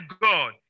God